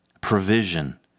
provision